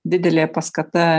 didelė paskata